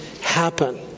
happen